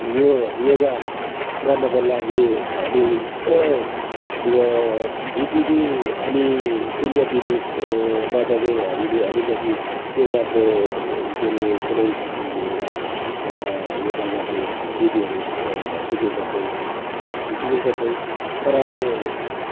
यो योगा गर्नको लागि हामी यो जि टिभी अनि इन्डिया टिभी बाट चाहिँ हामीले आलिकति योगाको के अरे कुनै एउटा योगा गर्ने विधिहरू सिकेका छौँ सिकेका छौँ तर अब